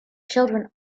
children